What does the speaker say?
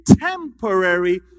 temporary